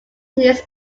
his